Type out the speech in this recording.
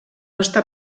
està